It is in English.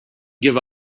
give